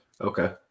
Okay